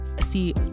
see